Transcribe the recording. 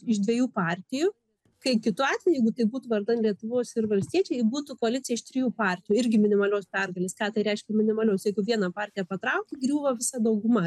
iš dviejų partijų kai kitu atveju jeigu tai būtų vardan lietuvos ir valstiečiai būtų koalicija iš trijų partijų irgi minimalios pergalės ką tai reiškia minimalios jeigu vieną partiją patrauki griūva visa dauguma